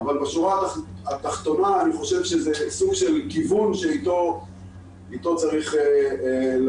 אבל בשורה התחתונה אני חושב שזה סוג של כיוון שאיתו צריך ללכת.